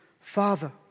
father